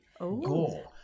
Gore